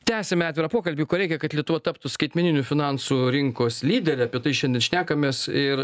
tęsiame atvirą pokalbį ko reikia kad lietuva taptų skaitmeninių finansų rinkos lydere apie tai šiandien šnekamės ir